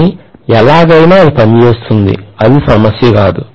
కానీ ఎలాగైనా అది పని చేస్తుంది అది సమస్య కాదు